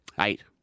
Eight